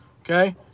okay